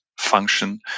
function